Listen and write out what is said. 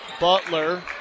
Butler